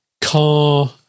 car